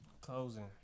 Closing